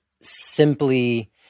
simply